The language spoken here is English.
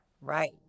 right